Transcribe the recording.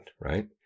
right